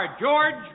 George